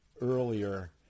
earlier